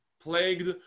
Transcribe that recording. plagued